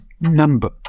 number